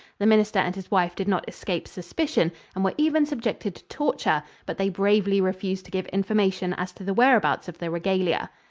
the minister and his wife did not escape suspicion and were even subjected to torture, but they bravely refused to give information as to the whereabouts of the regalia.